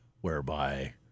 whereby